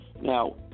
Now